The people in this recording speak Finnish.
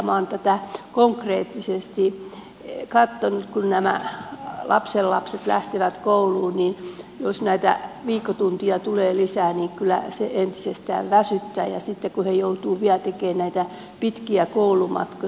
minä olen tätä konkreettisesti katsonut kun nämä lapsenlapset lähtevät kouluun että jos näitä viikkotunteja tulee lisää niin kyllä se entisestään väsyttää ja sitten kun he joutuvat vielä tekemään näitä pitkiä koulumatkoja